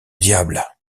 diable